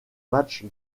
matchs